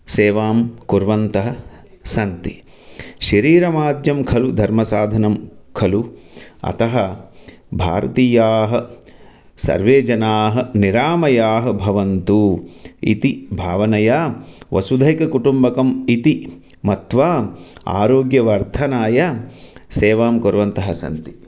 सेवां कुर्वन्तः सन्ति शरीरमाध्यम् खलु धर्मसाधनं खलु अतः भारतीयाः सर्वे जनाः निरामयाः भवन्तु इति भावनया वसुधैव कुटुम्बकम् इति मत्वा आरोग्यवर्धनाय सेवां कुर्वन्तः सन्ति